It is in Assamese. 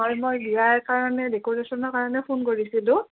হয় মই বিয়াৰ কাৰণে ডেক'ৰেশ্বনৰ কাৰণে ফোন কৰিছিলোঁ